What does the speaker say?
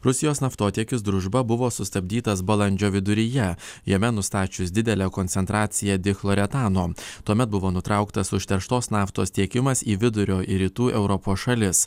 rusijos naftotiekis družba buvo sustabdytas balandžio viduryje jame nustačius didelę koncentraciją dichloretano tuomet buvo nutrauktas užterštos naftos tiekimas į vidurio ir rytų europos šalis